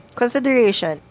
consideration